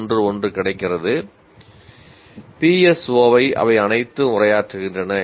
611 கிடைக்கிறது PSO3 ஐ அவை அனைத்தும் உரையாற்றுகின்றன